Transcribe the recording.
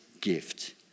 gift